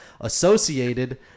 associated